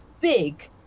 big